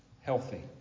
healthy